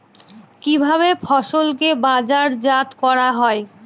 কিভাবে ফসলকে বাজারজাত করা হয়?